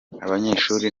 abanyeshuri